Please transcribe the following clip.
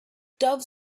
doves